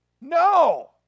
No